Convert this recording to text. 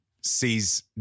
sees